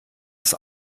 ist